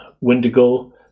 Windigo